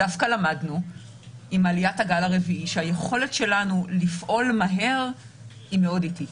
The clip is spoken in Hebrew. למדנו עם עליית הגל הרביעי שהיכולת שלנו לפעול מהר היא מאוד איטית,